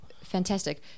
Fantastic